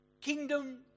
kingdom